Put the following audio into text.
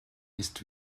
ist